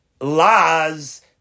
laws